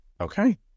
Okay